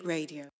Radio